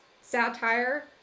satire